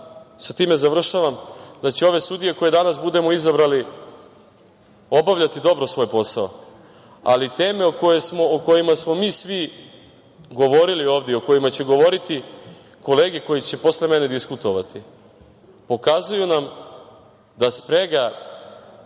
sa time završavam, da će ove sudije koje danas budemo izabrali obavljati dobro svoj posao, ali teme o kojima smo mi svi govorili ovde i o kojima će govoriti kolege koji će posle mene diskutovati, pokazuju nam da sprega